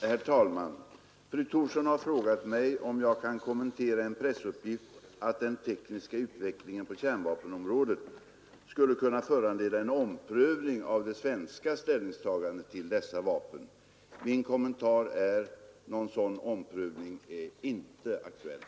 Herr talman! Fru Thorsson har frågat mig om jag kan kommentera en pressuppgift att den tekniska utvecklingen på kärnvapenområdet skulle kunna föranleda en omprövning av det svenska ställningstagandet till dessa vapen. Min kommentar är: Någon sådan omprövning är inte aktuell.